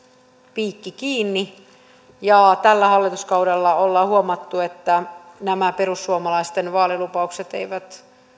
piikki kiinni tällä hallituskaudella ollaan huomattu että nämä perussuomalaisten vaalilupaukset eivät